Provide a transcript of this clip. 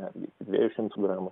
netgi iki dviejų šimtų gramų